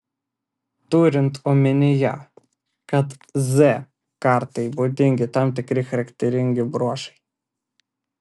turint omenyje kad z kartai būdingi tam tikri charakteringi bruožai